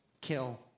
kill